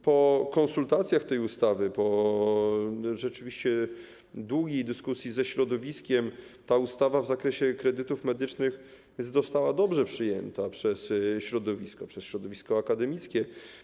Po konsultacjach tej ustawy, po rzeczywiście długiej dyskusji ze środowiskiem ta ustawa w zakresie kredytów medycznych została dobrze przyjęta przez środowisko akademickie.